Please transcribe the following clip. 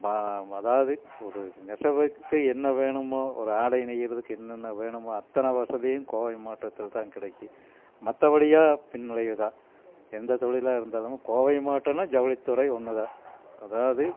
அதாவது ஒரு நெசவுக்கு என்ன வேணுமோ ஒரு ஆடை நெய்கிறதுக்கு என்னென்ன வேணுமோ அத்தனை வசதியும் கோவை மாவட்டத்தில் தான் கிடக்கி மற்றபடியா பின்னடைவு தான் எந்த தொழிலாக இருந்தாலும் கோவை மாவட்டனா ஜவுளி துறை ஒன்று தான் அதாவது